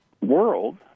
world